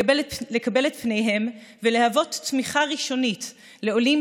לקבל את פניהם ולהוות תמיכה ראשונית לעולים,